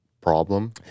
problem